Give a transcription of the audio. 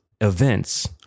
events